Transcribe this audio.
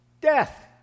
death